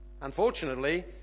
Unfortunately